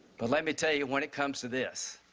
but let me tell you, when it comes to this,